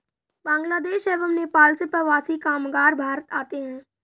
बांग्लादेश एवं नेपाल से प्रवासी कामगार भारत आते हैं